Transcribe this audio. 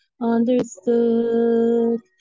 understood